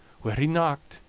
where he knocked,